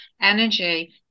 energy